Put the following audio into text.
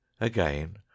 again